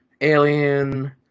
Alien